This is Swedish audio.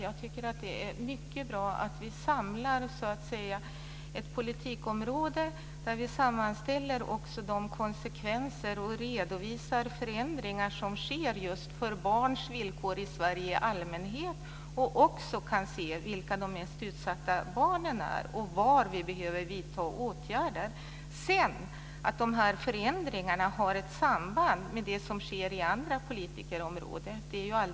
Jag tycker att det är mycket bra att vi samlar ett politikområde där vi sammanställer konsekvenser och redovisar förändringar som sker just för barns villkor i Sverige i allmänhet. Så kan vi också se vilka de mest utsatta barnen är och var vi behöver vidta åtgärder. Sedan är det ju alldeles självklart att dessa förändringar har ett samband med det som sker på andra politikområden.